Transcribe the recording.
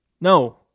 no